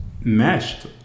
meshed